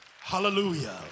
Hallelujah